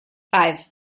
five